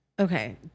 okay